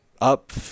up